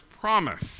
promise